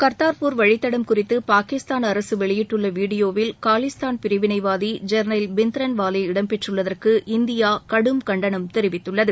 கர்தார்பூர் வழித்தடம் குறித்து பாகிஸ்தான் அரசு வெளியிட்டுள்ள வீடியோவில் காலிஸ்தான் பிரிவினைவாதி ஜெர்னைல் பிந்த்ரன்வாலே இடம் பெற்றுள்ளதற்கு இந்தியா கடும் கண்டனம் தெரிவித்துள்ளது